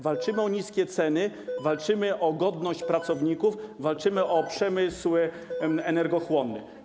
Walczymy o niskie ceny, walczymy o godność pracowników, walczymy o przemysł energochłonny.